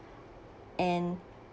and